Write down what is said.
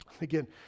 Again